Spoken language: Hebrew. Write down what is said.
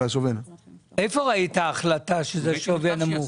איפה ראית החלטה שזה שווי הנמוך?